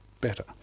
better